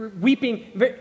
weeping